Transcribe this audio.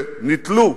שנתלו,